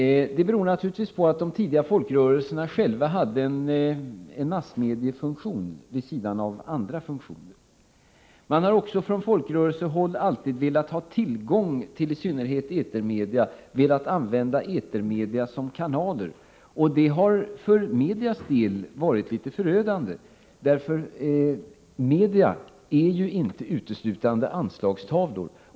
Det beror naturligtvis på att de tidiga folkrörelserna själva hade en massmediafunktion vid sidan av andra funktioner. Man har också från folkrörelsehåll alltid velat ha tillgång till i synnerhet etermedia, velat använda etermedia som kanal. Det har för medias del varit litet förödande. Media är ju inte uteslutande anslagstavlor!